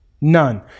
None